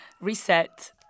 reset